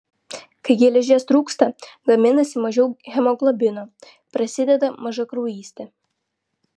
kai geležies trūksta gaminasi mažiau hemoglobino prasideda mažakraujystė